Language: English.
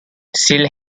still